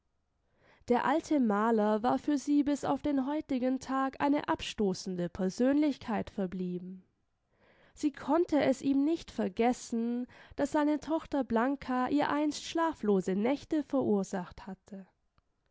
der alte maler war für sie bis auf den heutigen tag eine abstoßende persönlichkeit verblieben sie konnte es ihm nicht vergessen daß seine tochter blanka ihr einst schlaflose nächte verursacht hatte